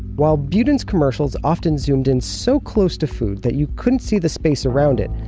while budin's commercials often zoomed in so close to food that you couldn't see the space around it,